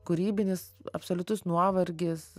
kūrybinis absoliutus nuovargis